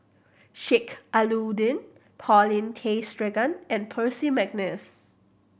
Sheik Alau'ddin Paulin Tay Straughan and Percy McNeice